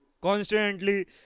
constantly